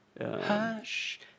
Hush